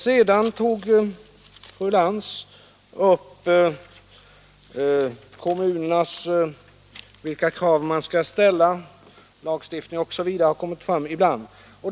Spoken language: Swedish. Fru Lantz tog sedan upp vilka krav man skall ställa på kommunerna när det gäller lagstiftning m.m.